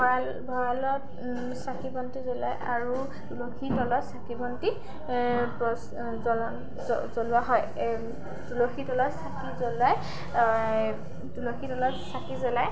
ভঁৰাল ভঁৰালত চাকি বন্তি জ্বলায় আৰু তুলসী তলত চাকি বন্তি জ্বলোৱা হয় তুলসী তলত চাকি জ্বলাই তুলসী তলত চাকি জ্বলাই